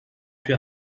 für